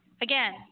again